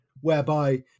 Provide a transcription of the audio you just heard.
whereby